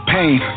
Pain